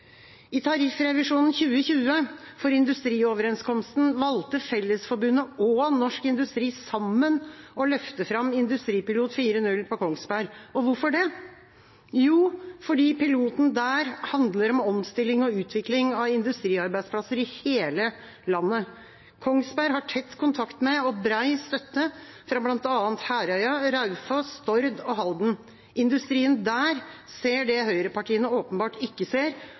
I tariffrevisjonen 2020 for Industrioverenskomsten valgte Fellesforbundet og Norsk Industri sammen å løfte fram industripilot 4.0 på Kongsberg. Og hvorfor det? Jo, fordi piloten der handler om omstilling og utvikling av industriarbeidsplasser i hele landet. Kongsberg har tett kontakt med og bred støtte fra bl.a. Herøya, Raufoss, Stord og Halden. Industrien der ser det høyrepartiene åpenbart ikke ser